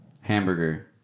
Hamburger